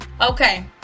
okay